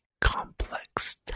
complex